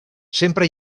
sempre